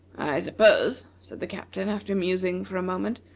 i suppose, said the captain, after musing for a moment,